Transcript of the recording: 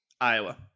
Iowa